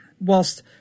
whilst